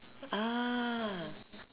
ah